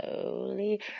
slowly